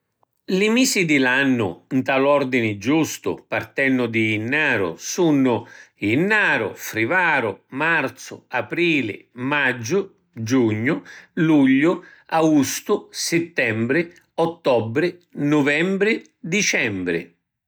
Li misi di l’annu nta l’ordini giustu partennu di jinnaru sunnu: jinnaru, frivaru, marzu, aprili, maggiu, giugnu, lugliu, austu, sittembri, ottobri, nuvembri, dicembri.